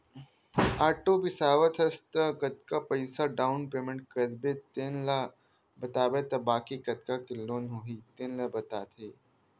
auto बिसावत हस त कतका पइसा डाउन पेमेंट करबे तेन ल बताबे त बाकी कतका के लोन होही तेन ल बताथे